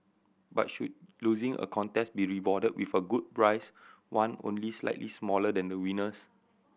but should losing a contest be rewarded with a good prize one only slightly smaller than the winner's